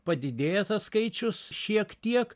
padidėja tas skaičius šiek tiek